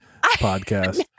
podcast